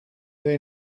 they